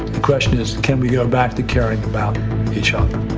the question is, can we go back to caring about each other?